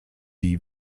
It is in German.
die